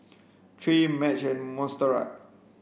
Trae Madge and Montserrat